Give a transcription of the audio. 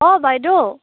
অ বাইদেউ